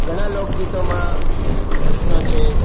ઘણા લોકગીતોમાં કૃષ્ણ છે